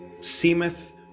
seemeth